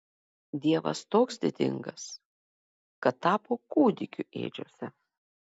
dievas toks didingas kad tapo kūdikiu ėdžiose